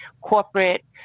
corporate